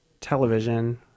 television